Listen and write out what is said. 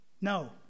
No